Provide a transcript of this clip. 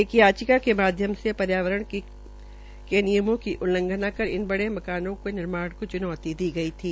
एक याचिका के माध्यम से पर्यावरण के नियमों की अवहेनाना कर इन बने मकानों के निर्माण को च्नौती दी गई थी